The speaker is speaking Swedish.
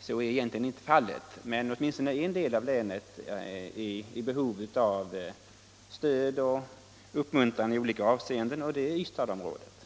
så är egentligen inte fallet. I varje fall en del av länet är i behov av stöd och uppmuntran i olika avseenden, och det är Ystadsområdet.